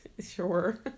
sure